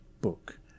book